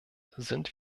sind